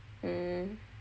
mm